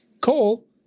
Coal